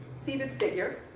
seated figure,